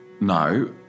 No